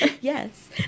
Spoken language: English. Yes